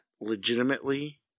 legitimately